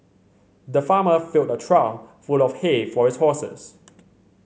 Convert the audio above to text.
the farmer filled a trough full of hay for his horses